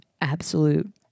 absolute